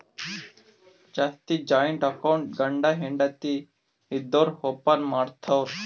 ಜಾಸ್ತಿ joint account ಗಂಡ ಹೆಂಡತಿ ಇದ್ದೋರು ಓಪನ್ ಮಾಡ್ತಾರ್